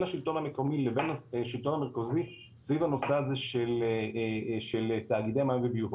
השלטון המקומי לבין השלטון המרכזי סביב הנושא הזה של תאגידי מים וביוב.